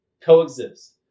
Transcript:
coexist